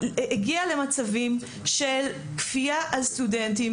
הגיע למצבים של כפייה על סטודנטים